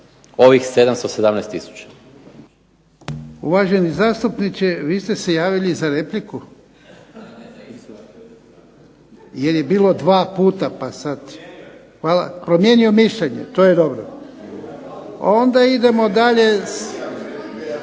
Ivan (HDZ)** Uvaženi zastupniče, vi ste se javili za repliku? Jel' je bilo dva puta pa sad. Promijenio mišljenje. To je dobro. Onda idemo dalje